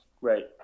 Right